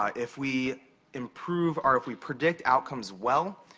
ah if we improve or if we predict outcomes well,